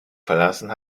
verlassen